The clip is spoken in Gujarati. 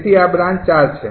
તેથી આ બ્રાન્ચ ૪ છે